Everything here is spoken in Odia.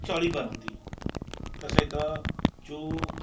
ଚଳିପାରନ୍ତି ତା' ସହିତ ଯେଉଁ